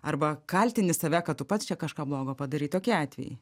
arba kaltini save kad tu pats čia kažką blogo padarei tokie atvejai